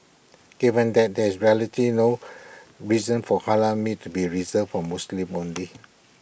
given that there is rarity no reason for Halal meat to be reserved for Muslims only